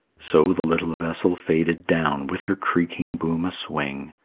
so the little vessel faded down with her creaking boom a-swing,